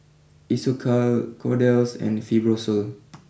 Isocal Kordel's and Fibrosol